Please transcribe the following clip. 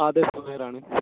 ആ അതെ സുബൈറാണ്